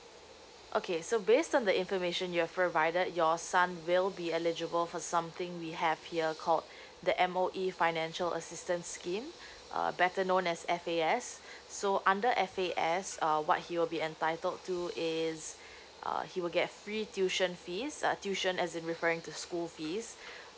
okay so based on the information you've provided your son will be eligible for something we have here called the M_O_E financial assistance scheme uh better known as F A S so under F A S uh what he will be entitled to is uh he will get free tuition fees uh tuition as in referring to school fees